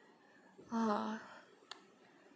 ah